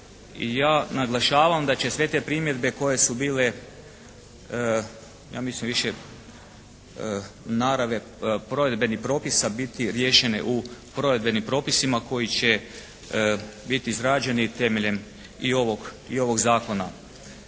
ja naglašavam da će sve te primjedbe koje su bile ja mislim više naravi provedbenih propisa biti riješene u provedbenim propisima koji će biti izrađeni temeljem i ovog zakona.